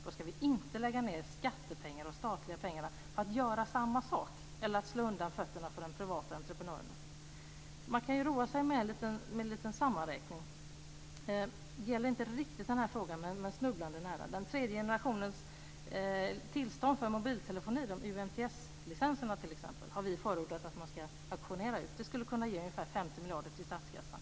Då ska vi inte lägga ned skattepengar och statliga pengar på att göra samma sak eller slå undan fötterna för de privata entreprenörerna. Man kan roa sig med en liten sammanräkning. Detta gäller inte riktigt den här frågan men snubblande nära. Den tredje generationens tillstånd för mobiltelefoni, UMTS-licenserna, har vi förordat att man ska auktionera ut. Det skulle kunna ge ungefär 50 miljarder till statskassan.